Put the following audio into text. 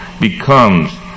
becomes